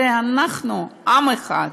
הרי אנחנו עם אחד,